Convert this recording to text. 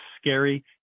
scary